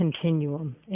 Continuum